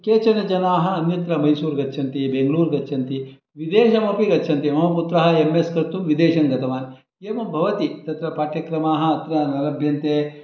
केचन जनाः अन्यत्र मैसूर् गच्छन्ति बेङ्ग्लूर् गच्छन्ति विदेशमपि गच्छन्ति मम पुत्रः एम् एस् कर्तुं विदेशङ्गतवान् एवं भवति तत्र पाठ्यक्रमाः अत्र न लभ्यन्ते